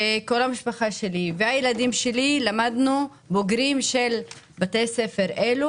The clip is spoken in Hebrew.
הילדים שלי וכל המשפחה שלי בוגרים בתי ספר אלה.